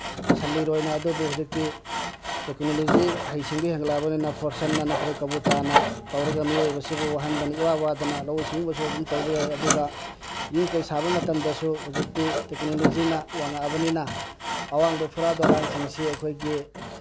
ꯁꯟ ꯏꯔꯣꯏꯅ ꯑꯗꯨꯕꯨ ꯍꯧꯖꯤꯛꯇꯤ ꯇꯦꯛꯀꯅꯣꯂꯣꯖꯤ ꯍꯩ ꯁꯤꯡꯕ ꯍꯦꯟꯒꯠꯂꯛꯑꯕꯅꯤꯅ ꯐꯣꯔꯁꯟꯅ ꯅꯠꯇ꯭ꯔꯒ ꯀꯕꯣꯇꯥꯅ ꯇꯧꯔꯒ ꯃꯤꯑꯣꯏꯕ ꯁꯤꯕꯨ ꯋꯥꯍꯟꯗꯅ ꯏꯋꯥ ꯋꯥꯗꯅ ꯂꯧꯎ ꯁꯤꯡꯎꯕꯁꯨ ꯑꯗꯨꯝ ꯇꯧꯕ ꯌꯥꯏ ꯑꯗꯨꯒ ꯌꯨꯝ ꯀꯩ ꯁꯥꯕ ꯃꯇꯝꯗꯁꯨ ꯍꯧꯖꯤꯛꯇꯤ ꯇꯦꯛꯅꯣꯂꯣꯖꯤꯅ ꯋꯥꯡꯉꯛꯑꯕꯅꯤꯅ ꯑꯋꯥꯡꯕ ꯐꯨꯔꯥ ꯗꯂꯥꯟꯁꯤꯡꯁꯤ ꯑꯩꯈꯣꯏꯒꯤ